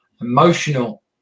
emotional